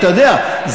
אתה יודע,